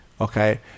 okay